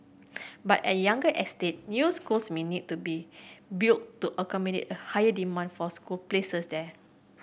but at younger estate new schools may need to be built to accommodate a higher demand for school places there